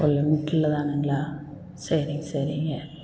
சரிங்க சரிங்க